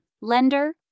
lender